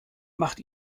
macht